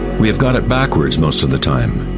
we have got it backwards most of the time.